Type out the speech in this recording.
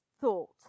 thought